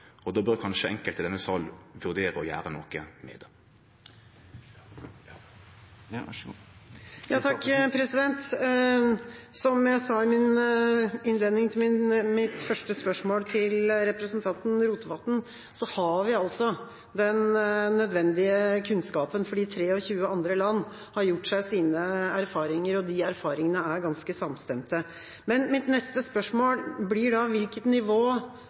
akseptabelt. Då bør kanskje enkelte i denne salen vurdere å gjere noko med det. Som jeg sa i innledningen til mitt første spørsmål til representanten Rotevatn, har vi altså den nødvendige kunnskapen fordi 23 andre land har gjort seg sine erfaringer, og de erfaringene er ganske samstemte. Men mitt neste spørsmål blir da: Hvilket nivå